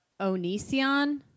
Onision